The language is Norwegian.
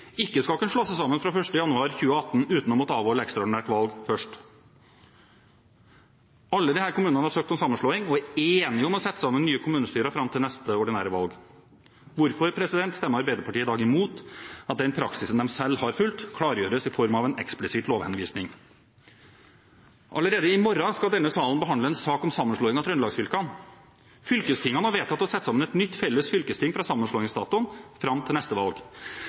ikke skal kunne slå seg sammen fra 1. januar 2018 uten å måtte avholde ekstraordinært valg først? Alle disse kommunene har søkt om sammenslåing, og er enige om å sette sammen nye kommunestyrer fram til neste ordinære valg. Hvorfor stemmer Arbeiderpartiet i dag imot at den praksisen de selv har fulgt, klargjøres i form av en eksplisitt lovhenvisning? Allerede i morgen skal denne salen behandle en sak om sammenslåing av Trøndelags-fylkene. Fylkestingene har vedtatt å sette sammen et nytt felles fylkesting fra sammenslåingsdatoen fram til neste valg.